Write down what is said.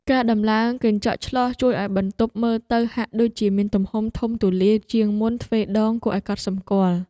ការដំឡើងកញ្ចក់ឆ្លុះជួយឱ្យបន្ទប់មើលទៅហាក់ដូចជាមានទំហំធំទូលាយជាងមុនទ្វេដងគួរឱ្យកត់សម្គាល់។